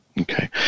Okay